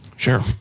Sure